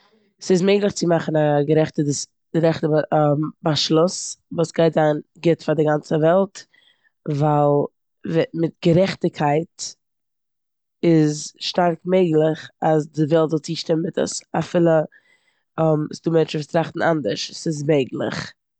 ס'איז מעגליך צו מאכן א גערעכטע באשלוס וואס גייט זיין גוט פאר די גאנצע וועלט ווייל מיט גערעכטיגקייט איז שטארק מעגליך אז די וועלט זאל צושטימען מיט עס אפילו ס'דא מענטשן וואס טראכטן אנדערש. ס'איז מעגליך.